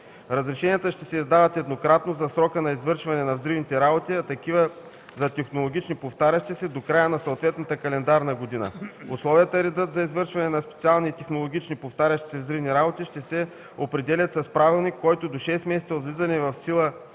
Разрешенията ще се издават еднократно за срока на извършване на взривните работи, а такива за технологични (повтарящи се) до края на съответната календарна година. Условията и редът за извършване на специални и технологични (повтарящи се) взривни работи ще се определят с правилник, който до 6 месеца от влизане в сила